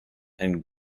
and